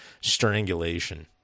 strangulation